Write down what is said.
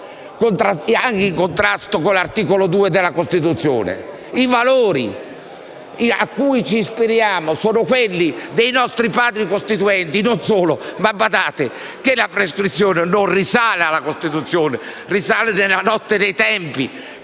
anche in contrasto con l'articolo 2 della Costituzione. I valori a cui ci ispiriamo sono quelli dei nostri Padri costituenti. E non solo: badate che la prescrizione non risale alla Costituzione, ma alla notte dei tempi,